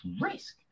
risk